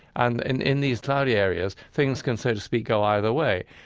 and in in these cloudy areas, things can, so to speak, go either way.